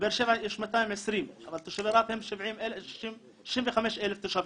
בבאר שבע יש 220, אבל תושבי רהט הם 65,000 תושבים,